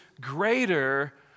greater